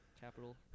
capital